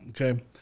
okay